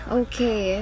okay